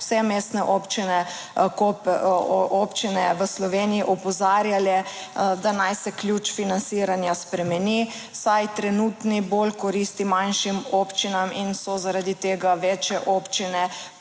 vse mestne občine, občine v Sloveniji opozarjale, da naj se ključ financiranja spremeni, saj trenutni bolj koristi manjšim občinam in so zaradi tega večje občine